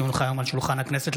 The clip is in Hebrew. כי הונחה היום על שולחן הכנסת,